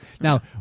Now